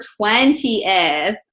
20th